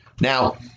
Now